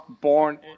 born